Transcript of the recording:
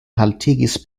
haltigis